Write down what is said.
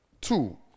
two